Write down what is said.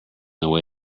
waiting